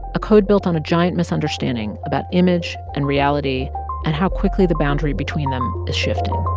a code built on a giant misunderstanding about image and reality and how quickly the boundary between them is shifting